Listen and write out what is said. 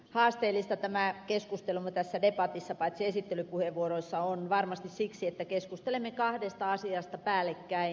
haasteellista tämä keskustelumme tässä debatissa paitsi esittelypuheenvuoroissa on varmasti siksi että keskustelemme kahdesta asiasta päällekkäin